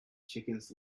chickens